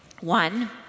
One